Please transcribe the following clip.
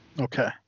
Okay